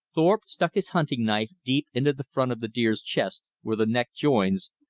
thorpe stuck his hunting knife deep into the front of the deer's chest, where the neck joins,